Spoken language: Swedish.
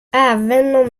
även